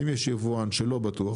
אם יש יבואן שלא בטוח,